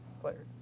player